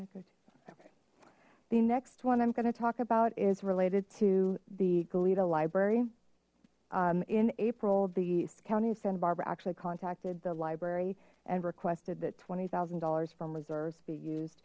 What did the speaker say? the next one i'm going to talk about is related to the goleta library in april the county of santa barbara actually contacted the library and requested that twenty thousand dollars from reserves be used